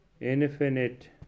infinite